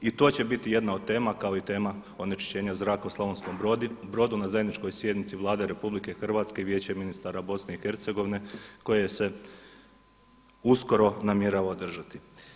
I to će biti jedna od tema kao i tema onečišćenja zraka u Slavonskom Brodu na zajedničkoj sjednici Vlade Republike Hrvatske i Vijeća ministara Bosne i Hercegovine koje se uskoro namjerava održati.